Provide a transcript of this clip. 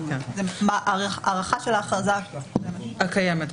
הארכה של ההכרזה הקיימת,